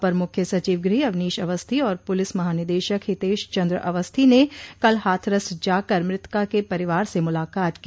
अपर मुख्य सचिव गृह अवनीश अवस्थी और पुलिस महानिदेशक हितेश चन्द्र अवस्थी ने कल हाथरस जाकर मृतका के परिवार से मुलाकात की